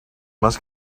must